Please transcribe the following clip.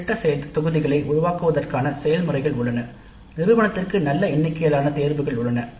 திட்ட தொகுதிகளை உருவாக்குவதற்கான செயல்முறைகள் உள்ளன நிறுவனத்திற்கு நல்ல எண்ணிக்கையிலான தேர்வுகள் உள்ளன